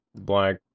black